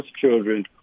children